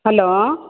hello